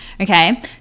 Okay